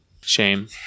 Shame